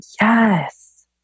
yes